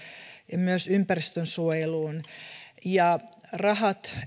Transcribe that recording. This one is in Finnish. ja myös ympäristönsuojeluun ja rahat